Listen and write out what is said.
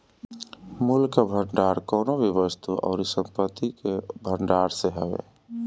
मूल्य कअ भंडार कवनो भी वस्तु अउरी संपत्ति कअ भण्डारण से हवे